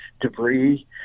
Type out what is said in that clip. debris